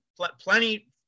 plenty